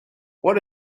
what